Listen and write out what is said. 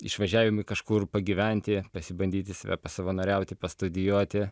išvažiavimai kažkur pagyventi pasibandyti save pa savanoriauti pastudijuoti